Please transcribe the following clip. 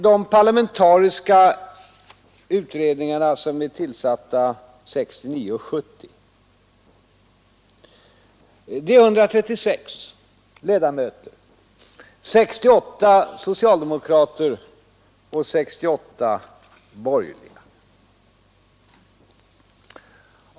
De parlamentariska utredningar som är tillsatta 1969 och 1970 omfattar tillsammans 136 ledamöter, 68 socialdemokrater och 68 borgerliga.